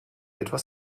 etwas